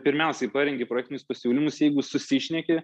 pirmiausiai parengi projektinius pasiūlymus jeigu susišneki